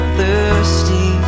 thirsty